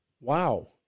Wow